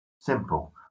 simple